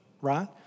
right